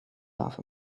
laugh